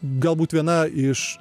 galbūt viena iš